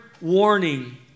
warning